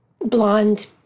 blonde